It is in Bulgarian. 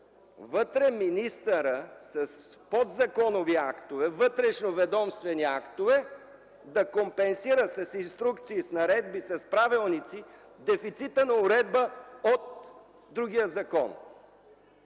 Вътре министърът с подзаконови актове, вътрешноведомствени актове да компенсира с инструкции, с наредби, с правилници дефицита на уредба от другия закон.